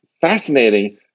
fascinating